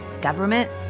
government